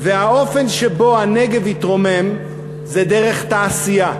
והאופן שבו הנגב יתרומם זה דרך תעשייה,